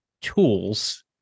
tools